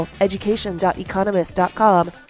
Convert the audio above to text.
education.economist.com